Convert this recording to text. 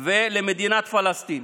ולמדינת פלסטין.